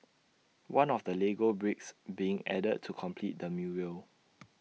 one of the Lego bricks being added to complete the mural